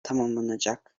tamamlanacak